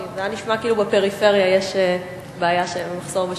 כי זה נשמע כאילו בפריפריה יש בעיה של מחסור בשופטים.